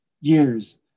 years